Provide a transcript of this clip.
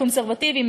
הקונסרבטיבי,